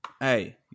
hey